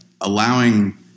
Allowing